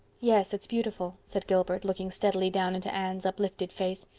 yes, it's beautiful, said gilbert, looking steadily down into anne's uplifted face,